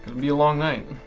be a long night.